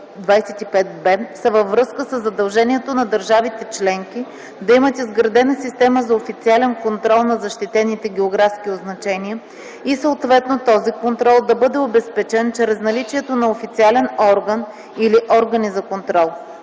25б са във връзка със задължението на държавите членки да имат изградена система за официален контрол на защитените географски означения и съответно този контрол да бъде обезпечен чрез наличието на официален орган или органи за контрол.